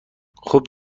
خوب